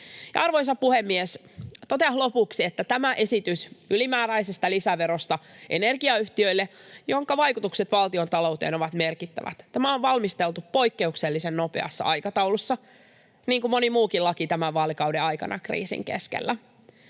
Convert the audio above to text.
Arvoisa puhemies! Totean lopuksi, että tämä esitys ylimääräisestä lisäverosta energiayhtiöille, jonka vaikutukset valtiontalouteen ovat merkittävät, on valmisteltu poikkeuksellisen nopeassa aikataulussa niin kuin moni muukin laki tämän vaalikauden aikana kriisin keskellä.